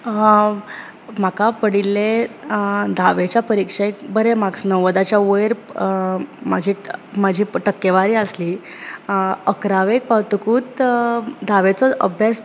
हांव म्हाका पडिल्लें धावेच्या परिक्षेक बरें मार्कस णव्वदाच्या वयर म्हजे ट म्हजी टक्केवारी आसली अकरावेक पावतकूत धावेचो अभ्यास